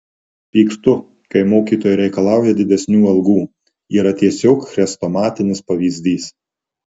pykstu kai mokytojai reikalauja didesnių algų yra tiesiog chrestomatinis pavyzdys